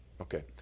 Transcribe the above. Okay